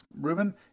Ruben